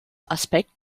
aspekt